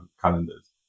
calendars